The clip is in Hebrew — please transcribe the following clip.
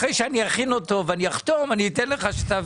החלטת הממשלה אמרה שיוקם צוות שכולל נציג של משרד